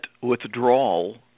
withdrawal